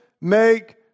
make